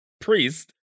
priest